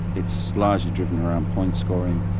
it's largely driven around point-scoring,